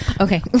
Okay